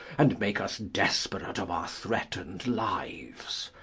and make us desperate of our threaten'd lives.